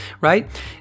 right